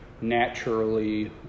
naturally